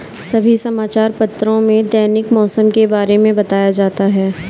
सभी समाचार पत्रों में दैनिक मौसम के बारे में बताया जाता है